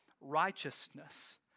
righteousness